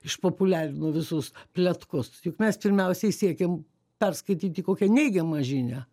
išpopuliarino visus pletkus juk mes pirmiausiai siekiam perskaityti kokią neigiamą žinią